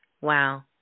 wow